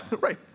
Right